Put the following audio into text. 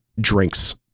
drinks